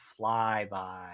flyby